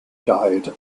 guide